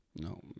No